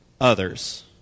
others